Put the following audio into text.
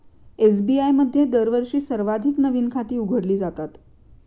SBI मध्ये दरवर्षी सर्वाधिक नवीन खाती उघडली जातात